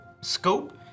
Scope